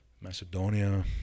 Macedonia